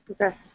Okay